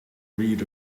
read